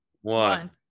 one